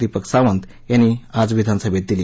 दिपक सावंत यांनी विधानसभेत दिली